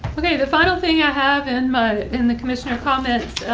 okay. the final thing i have in but in the commissioner comments,